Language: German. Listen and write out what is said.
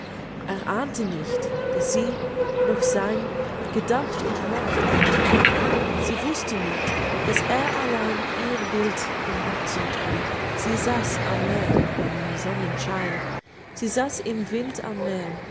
er ahnte nicht daß sie noch sein gedacht und nach ihm frug sie wußte nicht daß er allein ihr bild im herzen trug sie saß am meer im sonnenschein sie saß im wind am meer